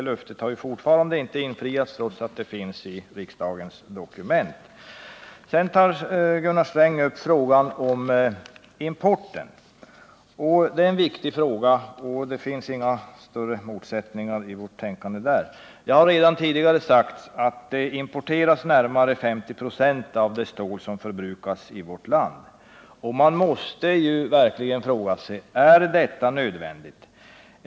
Löftet har ju fortfarande inte infriats, trots att det finns i riksdagens dokument. Sedan tog Gunnar Sträng upp frågan om importen. Det är en viktig fråga, och det finns inga större motsättningar i vårt tänkande på den punkten. Redan tidigare har det sagts att vi importerar nästan 50 96 av det stål som förbrukas i vårt land. Man måste verkligen fråga sig: Är detta nödvändigt?